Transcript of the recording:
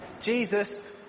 Jesus